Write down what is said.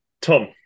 Tom